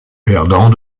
perdant